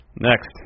Next